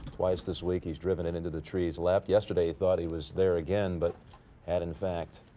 twice this week. he's driven it into the trees left yesterday. thought he was there again, but had in fact,